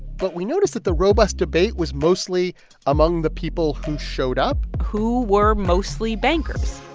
but we noticed that the robust debate was mostly among the people who showed up who were mostly bankers.